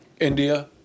India